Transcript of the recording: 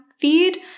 feed